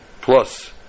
plus